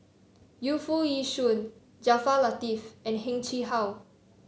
Yu Foo Yee Shoon Jaafar Latiff and Heng Chee How